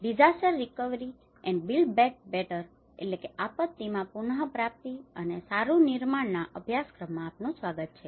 disaster recovery and build back બેટરdisaster recovery and build back betterઆપત્તિમાં પુનપ્રાપ્તિ અને સારું નિર્માણના અભ્યાસક્રમમાં આપનુ સ્વાગત છે